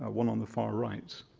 ah one on the far right.